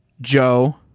Joe